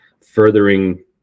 furthering